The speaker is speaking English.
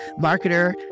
marketer